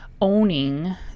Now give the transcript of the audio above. owning